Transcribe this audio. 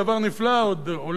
עולה על כל דמיון,